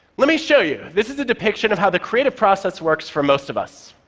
let me show you this is a depiction of how the creative process works for most of us.